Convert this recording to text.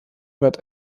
wird